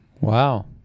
Wow